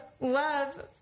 love